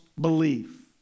belief